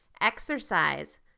Exercise